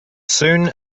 soon